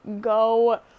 go